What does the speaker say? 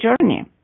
journey